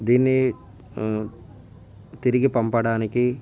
దీన్ని తిరిగి పంపడానికి